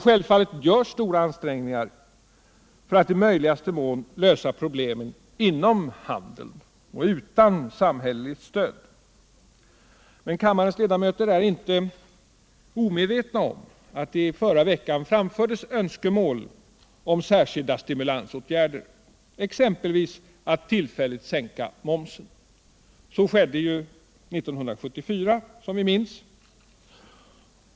Självfallet görs stora ansträngningar för att i möjligaste mån lösa problemen inom handeln och utan samhälleligt stöd. Men kammarens ledamöter är inte omedvetna om att det i förra veckan framfördes önskemål om särskilda stimulansåtgärder, exempelvis om att tillfälligt sänka momsen. Så skedde ju 1974. som vi minns.